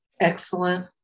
Excellent